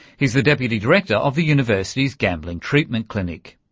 he's the deputy director of the university's gambling treatment clinic.